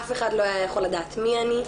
אף אחד לא היה יכול לדעת מי אני.